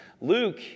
Luke